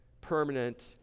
permanent